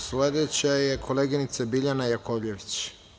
Sledeća je koleginica Biljana Jakovljević.